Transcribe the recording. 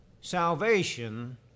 salvation